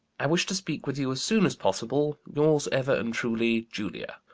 i wish to speak with you as soon as possible. yours ever and truly, julia.